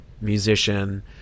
musician